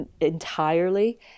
Entirely